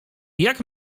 jak